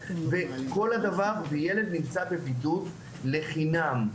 ילד נמצא בבידוד לחינם.